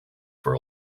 for